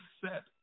set